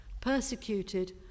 persecuted